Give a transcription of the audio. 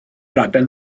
raglen